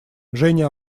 женя